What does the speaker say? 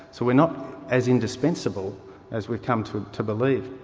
so we're not as indispensable as we've come to to believe.